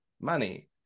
money